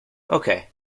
okay